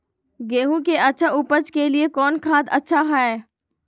गेंहू के अच्छा ऊपज के लिए कौन खाद अच्छा हाय?